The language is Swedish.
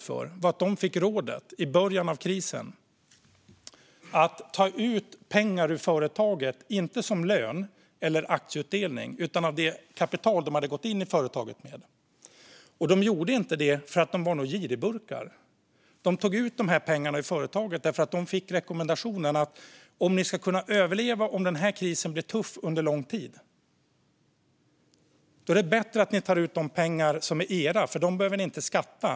Företaget fick i början av krisen rådet att ta ut pengar ur företaget, inte som lön eller som aktieutdelning utan av det kapital de hade gått in i företaget med. De gjorde inte det för att de var girigbukar, utan de tog ut pengarna ur företaget därför att de fick rekommendationen att om företaget skulle överleva en tuff kris under lång tid är det bättre att ta ut pengar som är deras egna eftersom de pengarna inte beskattas.